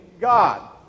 God